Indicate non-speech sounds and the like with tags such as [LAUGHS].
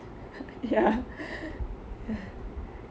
ya [LAUGHS]